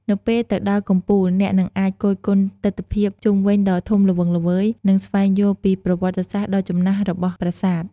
នៅពេលទៅដល់កំពូល អ្នកនឹងអាចគយគន់ទិដ្ឋភាពជុំវិញដ៏ធំល្វឹងល្វើយ និងស្វែងយល់ពីប្រវត្តិសាស្រ្តដ៏ចំណាស់របស់ប្រាសាទ។